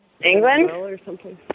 England